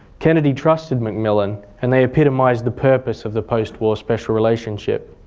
kennedy trusted macmillan and they epitomised the purpose of the post-war special relationship,